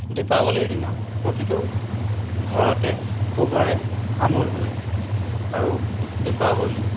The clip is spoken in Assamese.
দীপাৱলীৰ দিনা প্ৰতিটো ঘৰতে পোহৰে আমোলমোলাই থাকে আৰু দীপাৱলী